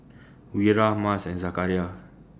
Wira Mas and Zakaria